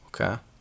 Okay